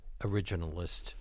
originalist